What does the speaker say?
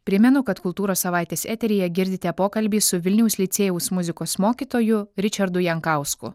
primenu kad kultūros savaitės eteryje girdite pokalbį su vilniaus licėjaus muzikos mokytoju ričardu jankausku